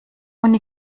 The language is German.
uni